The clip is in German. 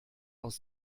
aus